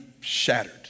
shattered